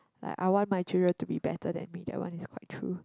like I want my children to be better than me that one is quite true